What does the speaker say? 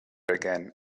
again